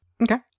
Okay